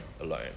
alone